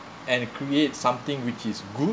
and create something which is good